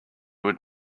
would